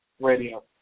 radio